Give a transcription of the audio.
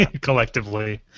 Collectively